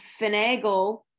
finagle